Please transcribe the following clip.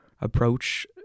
approach